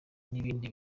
n’ibindi